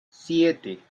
siete